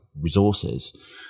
resources